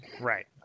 Right